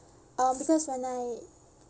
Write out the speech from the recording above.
uh because when I